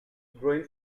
growing